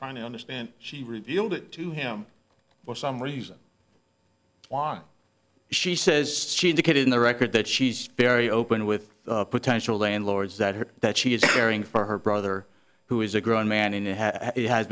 trying to understand she revealed it to him for some reason why she says she indicated in the record that she's very open with potential landlords that her that she is caring for her brother who is a grown man in